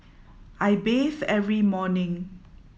I bathe every morning